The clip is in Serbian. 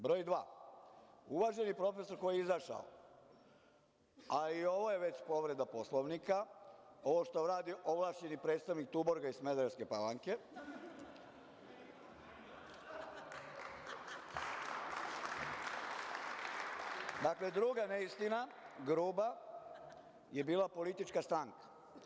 Broj dva, uvaženi profesor koji je izašao, ali i ovo je već povreda Poslovnika, ovo što radi ovlašćeni predstavnik „Tuborga“ iz Smederevske Palanke, dakle, druga neistina, gruba je bila politička stranka.